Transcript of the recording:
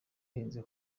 ihenze